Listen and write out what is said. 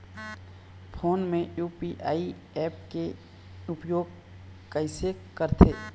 Phone मे UPI app के उपयोग कइसे करथे?